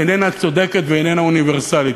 איננה צודקת ואיננה אוניברסלית.